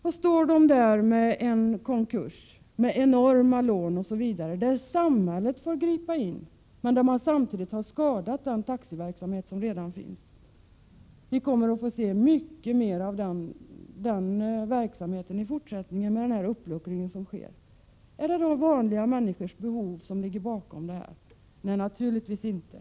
Nu står man i en konkurs med enorma lån, i en situation där samhället får gripa in. Samtidigt har man skadat den taxiverksamhet som redan tidigare fanns. Vi kommer att få se mycket mera av sådana företeelser i fortsättningen, med den uppluckring som sker. Är det då vanliga människors behov som ligger bakom denna utveckling? Nej, naturligtvis inte.